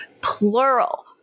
plural